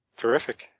Terrific